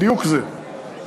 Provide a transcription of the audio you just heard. בדיוק זה.